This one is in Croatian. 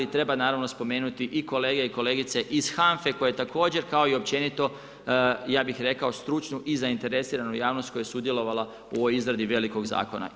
Treba naravno spomenuti i kolege i kolegice iz HANFA-e koje također, kao i općenito ja bih rekao, stručnu i zainteresiranu javnost koja je sudjelovala u ovoj izradi velikog zakona.